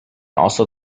also